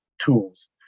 tools